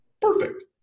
Perfect